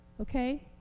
Okay